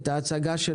בבקשה.